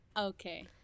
Okay